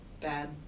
bad